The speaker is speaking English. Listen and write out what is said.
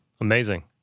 Amazing